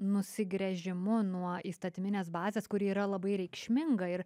nusigręžimu nuo įstatyminės bazės kuri yra labai reikšminga ir